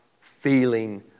feeling